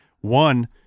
one